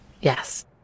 yes